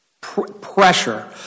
pressure